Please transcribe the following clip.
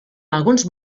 alguns